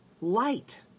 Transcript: Light